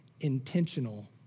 intentional